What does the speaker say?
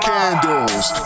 Candles